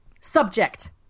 subject